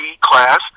class